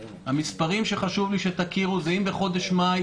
המספרים שחשוב לי שתכירו: אם בחודש מאי